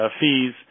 fees